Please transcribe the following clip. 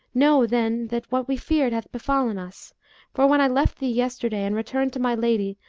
know then that what we feared hath befallen us for, when i left thee yesterday and returned to my lady,